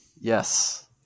Yes